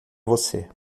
você